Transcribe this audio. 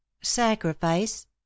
sacrifice